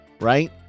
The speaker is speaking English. Right